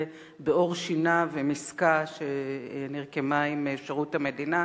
בעור שיניו עם עסקה שנרקמה עם שירות המדינה,